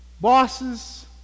bosses